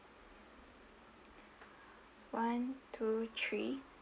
one two three